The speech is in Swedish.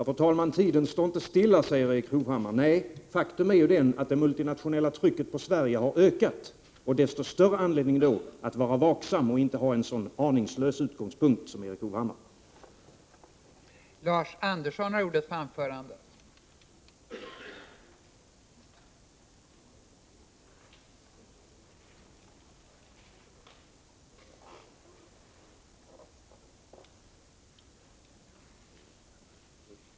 Fru talman! Tiden står inte stilla, säger Erik Hovhammar. Nej, faktum är ju att det multinationella trycket på Sverige har ökat — desto större anledning då att vara vaksam och inte ha en så aningslös utgångspunkt som Erik Hovhammar har.